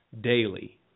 daily